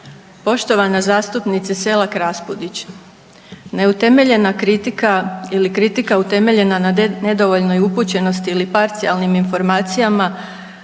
Poštovana zastupnice Selak Raspudić, neutemeljena kritika ili kritika utemeljena na nedovoljnoj upućenosti ili parcijalnim informacijama